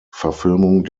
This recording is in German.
verfilmung